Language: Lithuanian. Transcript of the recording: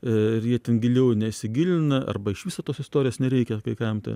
ir jie ten giliau nesigilina arba iš viso tos istorijos nereikia kai kam ten